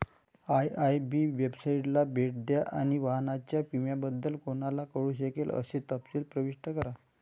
IIB वेबसाइटला भेट द्या आणि वाहनाच्या विम्याबद्दल कोणाला कळू शकेल असे तपशील प्रविष्ट करा